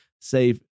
save